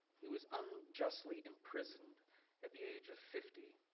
who was unjustly imprisoned at the age of fifty.